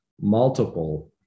multiple